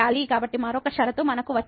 కాబట్టి మరొక షరతు మనకు వచ్చింది 2 α β 6